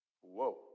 Whoa